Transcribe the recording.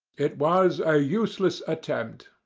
it was a useless attempt.